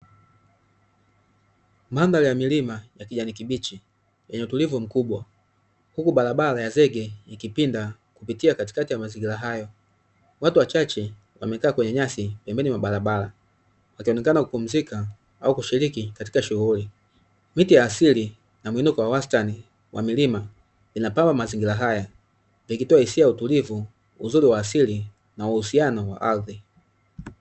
Mandhari ya milima ya kijani kibichi yenye utulivu mkubwa, huku barabara ya zege ikipinda kupitia katikati ya mazingira hayo. watu wachache wamekaa kwenye nyasi pembeni mwa barabara wakionekana kupumzika au kushiriki katika shughuli, miti ya asili na muinuko wa wastani wa milima inapamba mazingira haya yakitoa ishara ya utulivu, uzuri wa asili na uhusiano wa ardhi.